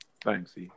thanks